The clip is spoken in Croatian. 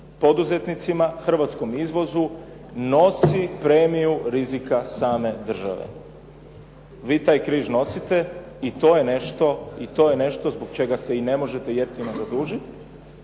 poduzetnicima, hrvatskom izvozu nosi premiju rizika same države. Vi taj križ nosite i to je nešto zbog čega se i ne možete jeftino zadužiti,